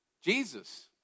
Jesus